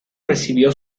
recibió